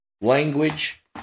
language